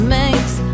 makes